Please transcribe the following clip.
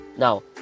Now